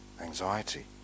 anxiety